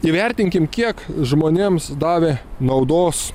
įvertinkim kiek žmonėms davė naudos